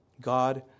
God